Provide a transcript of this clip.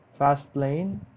Fastlane